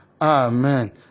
Amen